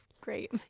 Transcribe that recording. great